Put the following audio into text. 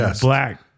black